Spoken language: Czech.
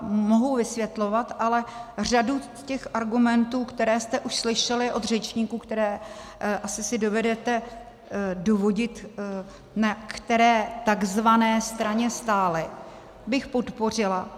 Mohu vysvětlovat, ale řadu těch argumentů, které jste už slyšeli od řečníků, které asi si dovedete dovodit, na které tzv. straně stáli, bych podpořila.